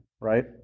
right